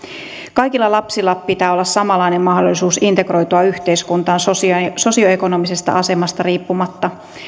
kaikilla lapsilla pitää olla samanlainen mahdollisuus integroitua yhteiskuntaan sosio ekonomisesta asemasta riippumatta